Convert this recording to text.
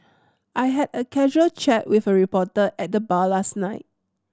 I had a casual chat with a reporter at the bar last night